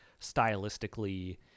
stylistically